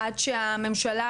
עד שהממשלה,